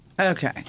Okay